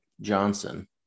Johnson